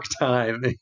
time